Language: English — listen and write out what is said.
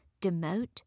Demote